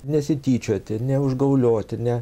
nesityčioti neužgaulioti ne